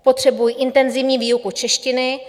Potřebují intenzivní výuku češtiny.